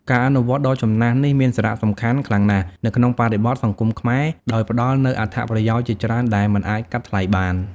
ការអនុវត្តន៍ដ៏ចំណាស់នេះមានសារៈសំខាន់ខ្លាំងណាស់នៅក្នុងបរិបទសង្គមខ្មែរ ដោយផ្ដល់នូវអត្ថប្រយោជន៍ជាច្រើនដែលមិនអាចកាត់ថ្លៃបាន។